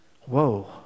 whoa